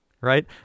right